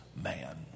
man